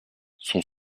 son